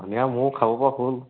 এনে আৰু মোৰো খাব পৰা হ'ল